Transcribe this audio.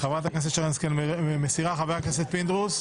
חברת הכנסת שרן השכל מסירה את הרוויזיה.